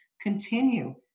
continue